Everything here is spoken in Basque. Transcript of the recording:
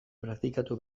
praktikatu